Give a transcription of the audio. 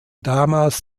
damals